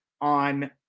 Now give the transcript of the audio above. on